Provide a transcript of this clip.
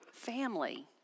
Family